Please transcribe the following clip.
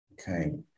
okay